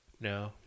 No